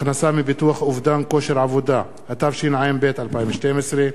(הכנסה מביטוח אובדן כושר עבודה), התשע"ב 2012,